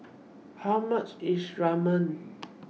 How much IS Ramen